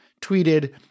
tweeted